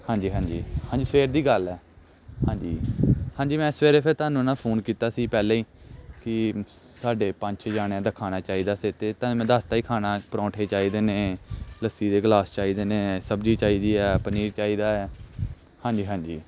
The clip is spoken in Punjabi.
ਹਾਂਜੀ ਹਾਂਜੀ ਹਾਂਜੀ ਸਵੇਰ ਦੀ ਗੱਲ ਹੈ ਹਾਂਜੀ ਹਾਂਜੀ ਮੈਂ ਸਵੇਰੇ ਫਿਰ ਤੁਹਾਨੂੰ ਨਾ ਫੋਨ ਕੀਤਾ ਸੀ ਪਹਿਲਾ ਹੀ ਕਿ ਸਾਡੇ ਪੰਜ ਛੇ ਜਾਣਿਆਂ ਦਾ ਖਾਣਾ ਚਾਹੀਦਾ ਸੀ ਇੱਥੇ ਤਾਂ ਮੈਂ ਦੱਸਤਾ ਸੀ ਖਾਣਾ ਪਰੌਂਠੇ ਚਾਹੀਦੇ ਨੇ ਲੱਸੀ ਦੇ ਗਲਾਸ ਚਾਹੀਦੇ ਨੇ ਸਬਜ਼ੀ ਚਾਹੀਦੀ ਹੈ ਪਨੀਰ ਚਾਹੀਦਾ ਹੈ ਹਾਂਜੀ ਹਾਂਜੀ